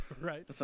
Right